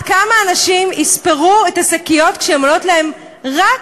עד כמה אנשים יספרו את השקיות כשהן עולות להם רק